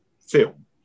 film